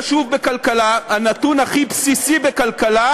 בכלכלה, הנתון הכי בסיסי בכלכלה,